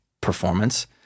performance